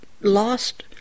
lost